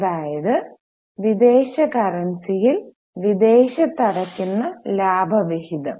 അതായത് വിദേശ കറൻസിയിൽ വിദേശത്ത് അടയ്ക്കുന്ന ലാഭവിഹിതം